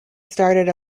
started